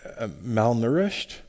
malnourished